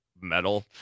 metal